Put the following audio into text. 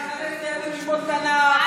נחנך את הילדים ללמוד תנ"ך,